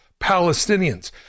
Palestinians